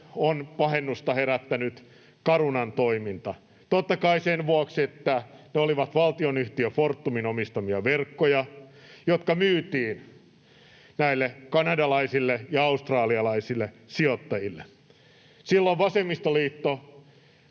on pahennusta herättänyt Carunan toiminta, totta kai sen vuoksi, että ne olivat valtionyhtiö Fortumin omistamia verkkoja, jotka myytiin näille kanadalaisille ja australialaisille sijoittajille. Silloin vasemmistoliitto